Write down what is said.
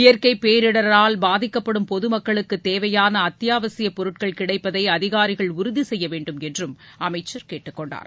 இயற்கை பேரிடரினால் பாதிக்கப்படும் பொதுமக்களுக்கு தேவையான அத்தியாவசியப் பொருட்கள் கிடைப்பதை அதிகாரிகள் உறுதி செய்யவேண்டும் என்றும் அமைச்சர் கேட்டுக்கொண்டார்